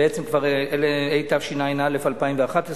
בעצם כבר התשע"א 2011,